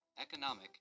economic